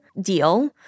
deal